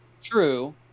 true